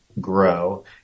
grow